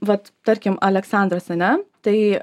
vat tarkim aleksandras ane tai